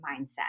mindset